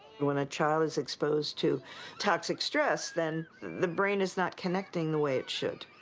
when a child is exposed to toxic stress then the brain is not connecting the way it should.